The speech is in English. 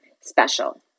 special